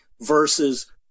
versus